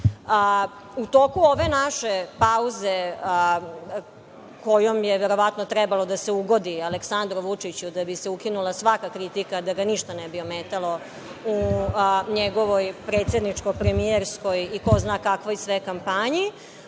U toku ove naše pauze, kojom je verovatno trebalo da se ugodi Aleksandru Vučiću da bi se ukinula svaka kritika, da ga ništa ne bi ometalo u njegovoj predsedničko-premijerskoj i ko zna kakvoj sve kampanji,